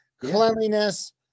Cleanliness-